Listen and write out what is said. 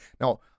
Now